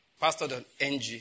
Pastor.ng